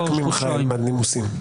רק ממך אלמד נימוסין.